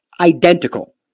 identical